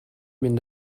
mynd